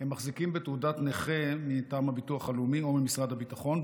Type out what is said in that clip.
מחזיקים בתעודת נכה מטעם הביטוח הלאומי או ממשרד הביטחון,